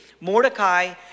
Mordecai